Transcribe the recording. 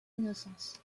innocence